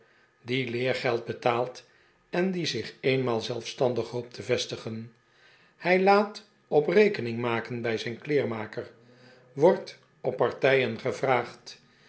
die leergeld betaalt en die zich eenmaal zelfstandig hoopt te vestigen hij laat op rekening maken bij zijn kleermaker wbrdt op partijen gevraagd